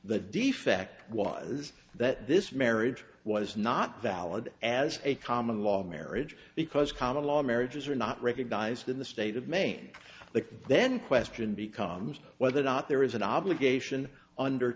was that this marriage was not valid as a common law marriage because common law marriages are not recognized in the state of maine the then question becomes whether or not there is an obligation under